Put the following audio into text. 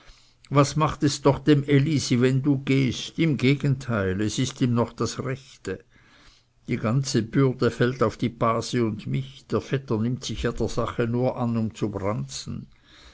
was macht doch das dem elisi wenn du gehst im gegenteil es ist ihm noch das rechte die ganze bürde fällt auf die base und mich der vetter nimmt sich ja der sache nur an um zu branzen